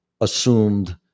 assumed